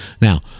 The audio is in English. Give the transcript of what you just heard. Now